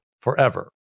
forever